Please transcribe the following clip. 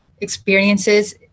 experiences